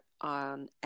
on